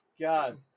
God